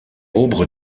obere